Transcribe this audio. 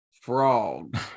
frog